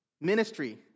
ministry